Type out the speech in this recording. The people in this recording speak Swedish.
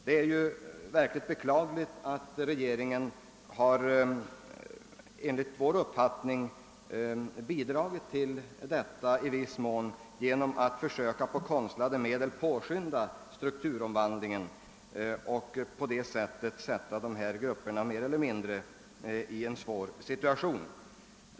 Det är verkligen att beklaga att regeringen, som vi ser det, i viss mån har bidragit härtill genom att den försökt att med konstlade medel påskynda strukturomvandlingen och härigenom sätta dessa grupper i en mer eller mindre svår situation.